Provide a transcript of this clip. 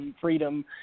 Freedom